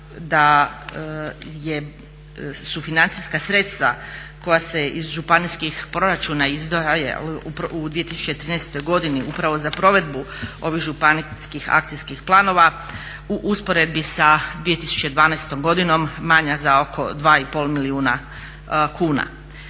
da su financijska sredstva koja se iz županijskih proračuna izdvajaju u 2013. godini upravo za provedbu ovih županijskih akcijskih planova u usporedbi sa 2012. godinom manja za oko 2,5 milijuna kuna.